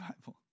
Bible